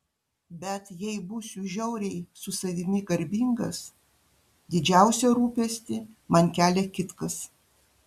bet jei būsiu žiauriai su savimi garbingas didžiausią rūpestį man kelia kitkas